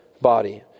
body